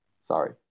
Sorry